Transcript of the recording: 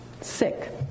Sick